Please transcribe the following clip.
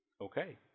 Okay